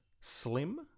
slim